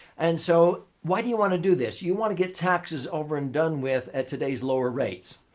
and so, why do you want to do this? you want to get taxes over and done with at today's lower rates.